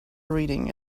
reading